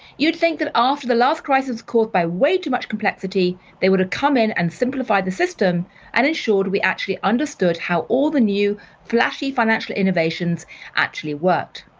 you'd think that after the last crisis caused by way to much complexity they would have come in and simplified the system and ensured we actually understood how all the new flashy financial innovations actually worked.